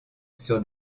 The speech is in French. sur